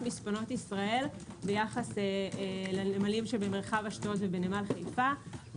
מספנות ישראל ביחס לנמלים שבמרחב אשדוד ונמל חיפה.